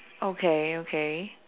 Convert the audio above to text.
okay okay